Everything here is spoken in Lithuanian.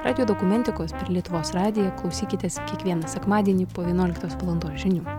radijo dokumentikos per lietuvos radiją klausykitės kiekvieną sekmadienį po vienuoliktos valandos žinių